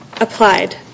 applied